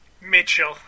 Mitchell